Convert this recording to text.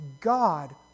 God